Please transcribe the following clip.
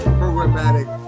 programmatic